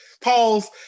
Pause